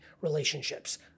relationships